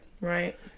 Right